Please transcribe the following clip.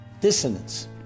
dissonance